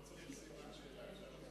לא צריך סימן שאלה.